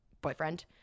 boyfriend